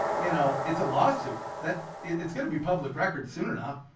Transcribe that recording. you know it's a lawsuit that it's gonna be public records sooner enough